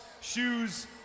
shoes